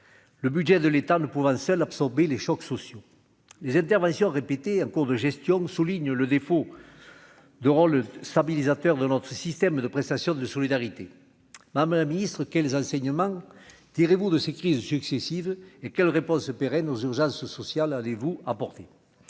le budget de l'État ne pouvant seule absorber les chocs sociaux les interventions répétées, un cours de gestion, souligne le défaut de rôle stabilisateur de notre système de prestations de solidarité, Madame la Ministre, quels enseignements tirez-vous de ces crises successives et quelle réponse pérenne aux urgences sociales, hein des vous porté